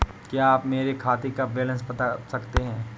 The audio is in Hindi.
क्या आप मेरे खाते का बैलेंस बता सकते हैं?